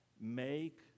make